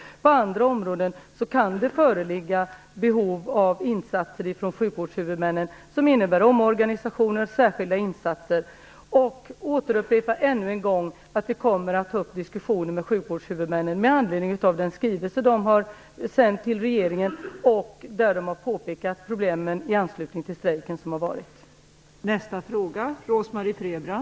På andra områden kan det föreligga behov av insatser från sjukvårdshuvudmännen i form av omorganisationer och särskilda insatser. Som jag sade kommer regeringen också att ta upp en diskussion med sjukvårdshuvudmännen med anledning av den skrivelse de har sänt till regeringen. I skrivelsen påpekas en del problem som uppstått i anslutning till strejken.